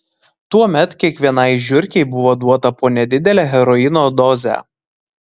tuomet kiekvienai žiurkei buvo duota po nedidelę heroino dozę